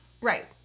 Right